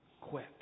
quit